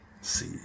See